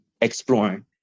exploring